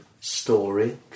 Story